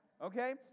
Okay